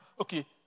okay